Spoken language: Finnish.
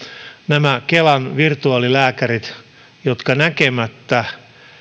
nämä kelan virtuaalilääkärit jotka näkemättä